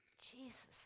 jesus